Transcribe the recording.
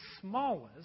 smallest